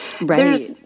Right